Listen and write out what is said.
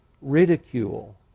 ridicule